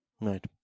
Right